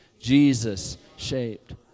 Jesus-shaped